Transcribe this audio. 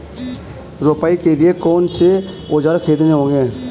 रोपाई के लिए कौन से औज़ार खरीदने होंगे?